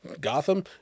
Gotham